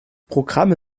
programme